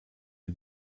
est